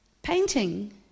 Painting